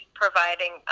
providing